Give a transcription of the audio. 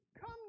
come